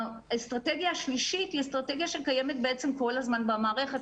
האסטרטגיה השלישית היא אסטרטגיה שקיימת בעצם כל הזמן במערכת,